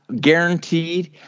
Guaranteed